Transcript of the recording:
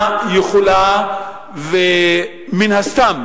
יכולה, ומן הסתם